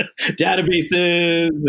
databases